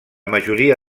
majoria